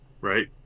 Right